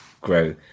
grow